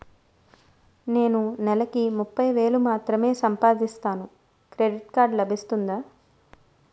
నేను నెల కి ముప్పై వేలు మాత్రమే సంపాదిస్తాను క్రెడిట్ కార్డ్ లభిస్తుందా?